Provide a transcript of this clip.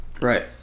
Right